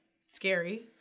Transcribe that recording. Scary